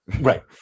Right